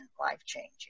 life-changing